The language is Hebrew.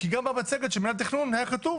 כי גם במצגת של מינהל התכנון היה כתוב